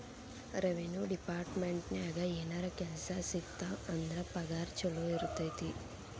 revenue ಡೆಪಾರ್ಟ್ಮೆಂಟ್ನ್ಯಾಗ ಏನರ ಕೆಲ್ಸ ಸಿಕ್ತಪ ಅಂದ್ರ ಪಗಾರ ಚೊಲೋ ಇರತೈತಿ